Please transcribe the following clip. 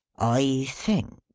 i think,